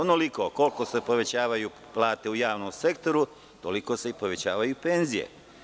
Onoliko koliko se povećavaju plate u javnom sektoru, toliko se i povećavaju i penzije.